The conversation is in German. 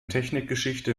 technikgeschichte